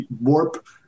warp